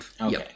Okay